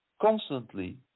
constantly